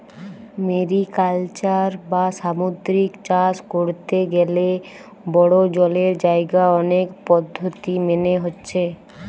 mariculture বা সামুদ্রিক চাষ কোরতে গ্যালে বড়ো জলের জাগায় অনেক পদ্ধোতি মেনে হচ্ছে